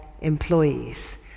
employees